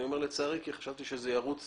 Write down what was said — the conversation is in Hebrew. אני אומר לצערי, כי חשבתי שזה ירוץ